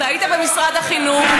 זה לא החוק שלך.